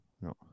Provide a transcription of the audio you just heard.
No